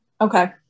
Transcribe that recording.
Okay